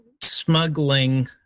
smuggling